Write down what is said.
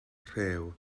rhew